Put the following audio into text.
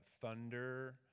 thunder